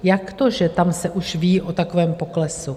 Jak to, že tam se už ví o takovém poklesu?